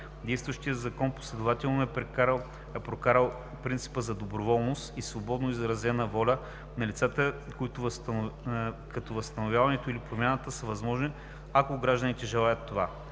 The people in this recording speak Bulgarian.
Действащият Закон последователно е прокарал принципа за доброволност и свободно изразена воля на лицата, като възстановяването или промяната са възможни, ако гражданите желаят това.